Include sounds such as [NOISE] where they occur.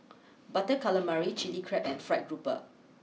[NOISE] Butter Calamari Chilli Crab and Fried grouper